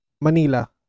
manila